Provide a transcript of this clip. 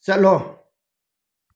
ꯆꯠꯂꯣ